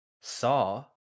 saw